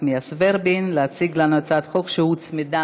נחמיאס ורבין להציג לנו הצעת חוק שהוצמדה